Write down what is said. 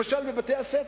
למשל בבתי-הספר.